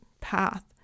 path